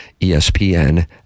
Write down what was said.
ESPN